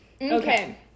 Okay